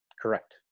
Correct